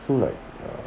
so like